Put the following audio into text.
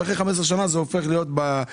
ואחרי 15 שנה זה הופך להיות בינוני.